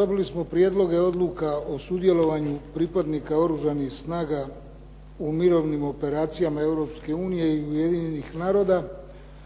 dobili smo prijedloge odluka o sudjelovanju pripadnika Oružanih snaga u mirovnim operacijama Europske unije